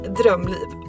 drömliv